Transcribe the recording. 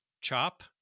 Chop